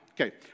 okay